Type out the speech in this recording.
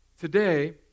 Today